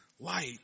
light